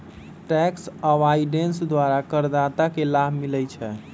tax avoidance द्वारा करदाता के लाभ मिलइ छै